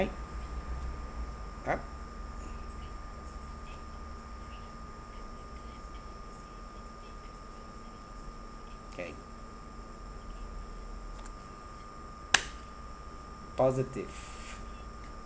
!huh! okay positive